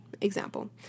Example